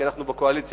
כי אנחנו בקואליציה,